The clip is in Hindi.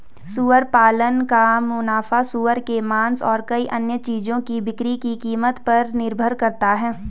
सुअर पालन का मुनाफा सूअर के मांस और कई अन्य चीजों की बिक्री की कीमत पर निर्भर करता है